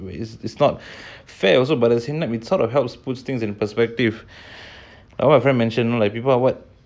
it's it's not fair also but I mean it sort of helps puts things into perspective or whatever like what my friend mentioned like people or what making some